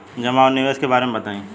जमा और निवेश के बारे मे बतायी?